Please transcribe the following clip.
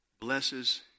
blesses